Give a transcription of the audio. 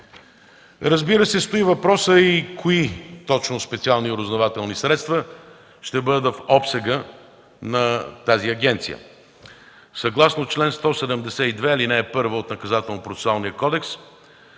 Разбира се, стои въпросът и кои специални разузнавателни средства ще бъдат в обсега на тази агенция. Съгласно чл. 172, ал. 1 от Наказателнопроцесуалния кодекс